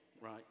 right